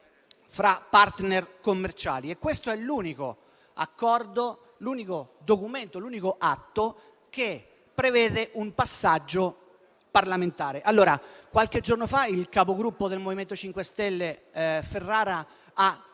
fra *partner* commerciali; questo è l'unico accordo, l'unico documento, l'unico atto che prevede un passaggio parlamentare. Qualche giorno fa, il Capogruppo del MoVimento 5 Stelle Ferrara ha